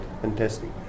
fantastic